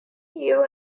hill